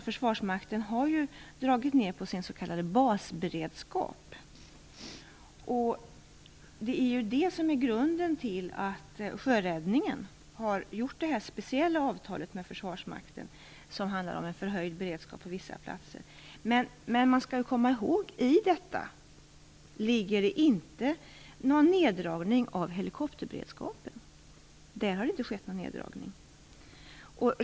Försvarsmakten har dragit ned på sin s.k. basberedskap, och det är det som är anledningen till att sjöräddningen har träffat det här speciella avtalet med Försvarsmakten, som handlar om en förhöjd beredskap på vissa platser. Men man skall komma ihåg att i detta inte ligger någon neddragning av helikopterberedskapen; där har det inte skett någon neddragning.